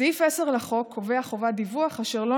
סעיף 10 לחוק קובע חובת דיווח אשר לא